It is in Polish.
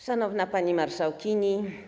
Szanowna Pani Marszałkini!